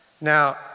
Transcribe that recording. Now